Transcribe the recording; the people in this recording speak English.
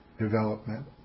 development